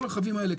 כל הרכבים האלה,